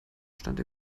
stand